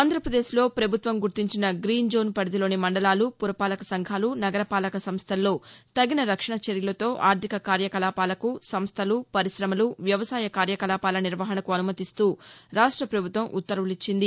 ఆంధ్రప్రదేశ్లో పభుత్వం గుర్తించిన గ్రీన్జోన్ పరిధిలోని మండలాలు పురపాలక సంఘాలు నగరపాలక సంస్టల్లో తగిన రక్షణ చర్యలతో ఆర్గిక కార్యకలాపాలకు సంస్టలు పరిశమలు వ్యవసాయ కార్యకలాపాల నిర్వహణకు అనుమతిస్తూ రాష్ట ప్రభుత్వం ఉత్తర్వులిచ్చింది